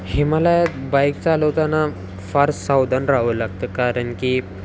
हिमालयात बाईक चालवताना फार सावधान राहावं लागतं कारण की